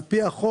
על פי החוק,